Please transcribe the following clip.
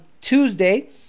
tuesday